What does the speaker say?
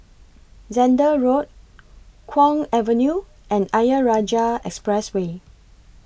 Zehnder Road Kwong Avenue and Ayer Rajah Expressway